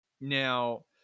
Now